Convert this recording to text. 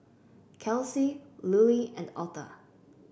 Kelsie Lulie and Otha